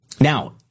Now